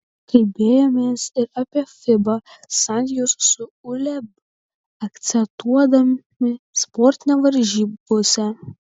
kalbėjomės ir apie fiba santykius su uleb akcentuodami sportinę varžybų pusę